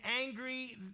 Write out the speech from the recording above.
angry